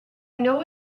know